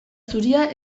zuria